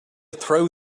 throw